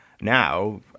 now